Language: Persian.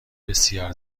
بسیار